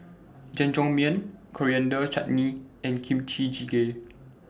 Jajangmyeon Coriander Chutney and Kimchi Jjigae